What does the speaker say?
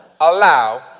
allow